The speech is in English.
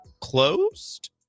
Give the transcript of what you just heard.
closed